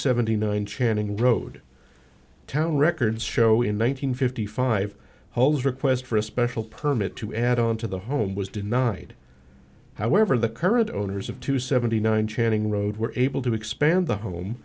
seventy nine channing road town records show in one hundred fifty five holes request for a special permit to add on to the home was denied however the current owners of two seventy nine channing road were able to expand the home